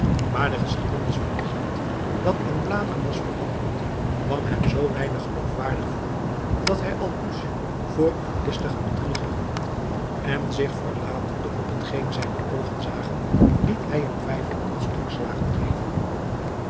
maar de geschiedenis van het geld dat in bladeren was veranderd kwam hem zoo weinig geloofwaardig voor dat hij alcouz voor een listigen bedrieger hield en zich verlatende op hetgeen zijne oogen zagen liet hij hem vijfhonderd stokslagen geven